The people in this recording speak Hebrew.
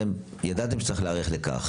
אבל אתם ידעתם שצריך להיערך לכך.